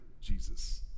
Jesus